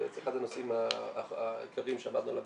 אחד הנושאים העיקריים שעמדנו עליו